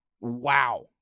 Wow